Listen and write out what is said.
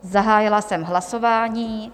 Zahájila jsem hlasování.